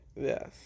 Yes